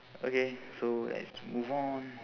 okay so let's move on